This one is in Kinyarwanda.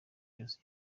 yose